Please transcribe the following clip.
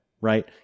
right